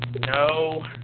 No